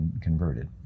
converted